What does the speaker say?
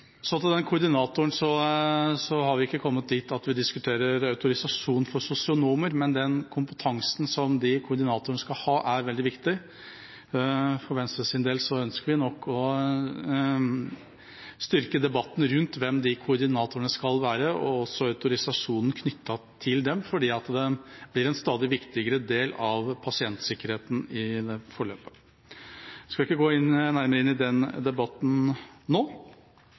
har vi ikke kommet dit at vi diskuterer autorisasjon for sosionomer, men kompetansen koordinatorene skal ha, er veldig viktig. For Venstres del ønsker vi å styrke debatten rundt hvem de koordinatorene skal være, og også autorisasjonen knyttet til dem, for det blir en stadig viktigere del av pasientsikkerheten i forløpet. Jeg skal ikke gå nærmere inn i den debatten nå.